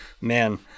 man